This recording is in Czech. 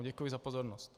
Děkuji za pozornost.